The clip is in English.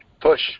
push